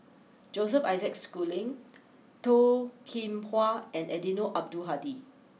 Joseph Isaac Schooling Toh Kim Hwa and Eddino Abdul Hadi